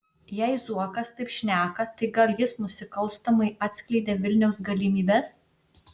jei zuokas taip šneka tai gal jis nusikalstamai atskleidė vilniaus galimybes